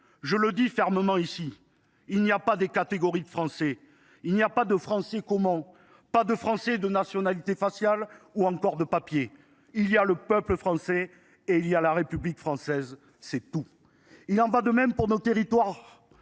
Je le dis fermement ici : il n’y a pas de catégories de Français, pas de « Français comment ?», pas de « Français de nationalité faciale » ou de « Français de papier ». Il y a le peuple français, il y a la République française, et c’est tout ! Il en va de même de nos territoires